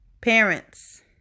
Parents